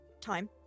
time